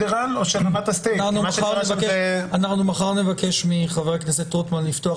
אנחנו מחר נבקש מחבר הכנסת רוטמן לפתוח